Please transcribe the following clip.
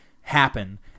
happen